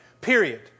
Period